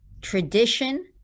tradition